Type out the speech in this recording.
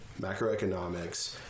macroeconomics